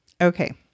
Okay